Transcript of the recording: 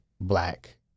black